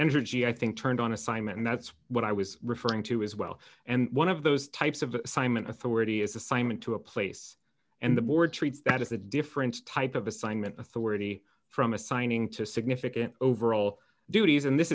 her g i think turned on assignment and that's what i was referring to as well and one of those types of assignment authority is assignment to a place and the board treats that as a different type of assignment authority from assigning to significant overall duties and this